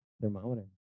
thermometer